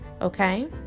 okay